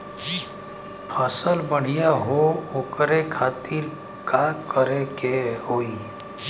फसल बढ़ियां हो ओकरे खातिर का करे के होई?